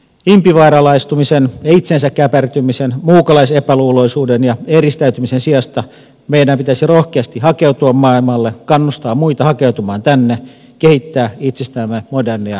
impivaaralaistumisen ja itseensä käpertymisen muukalaisepäluuloisuuden ja eristäytymisen sijasta meidän pitäisi rohkeasti hakeutua maailmalle kannustaa muita hakeutumaan tänne kehittää itsestämme moderneja maailmankansalaisia